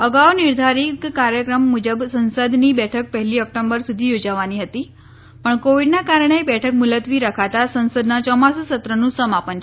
અગાઉ નિર્ધારીક કાર્યક્રમ મુજબ સંસદની બેઠક પહેલી ઑકટોમ્બર સુધી યોજાવાની હતી પણ કોવિડના કારણે બેઠક મુલતવી રખાતા સંસદના યોમાસૂ સત્રનું સમાપન છે